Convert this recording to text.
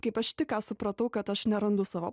kaip aš tik ką supratau kad aš nerandu savo